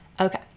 Okay